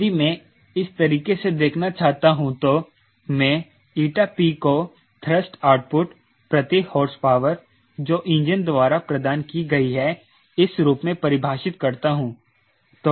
यदि मैं इस तरीके से देखना चाहता हूं तो मैं np को थ्रस्ट आउटपुट प्रति हॉर्सपावर जो इंजन द्वारा प्रदान की गई है इस रूप में परिभाषित करता हूं